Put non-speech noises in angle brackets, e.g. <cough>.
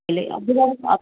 <unintelligible>